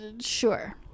Sure